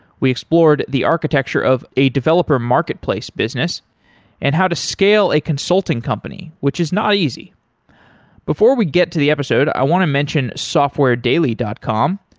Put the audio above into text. we explored the architecture of a developer marketplace business and how to scale a consulting company, which is not easy before we get to the episode, i want to mention softwaredaily dot com.